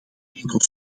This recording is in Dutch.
enkel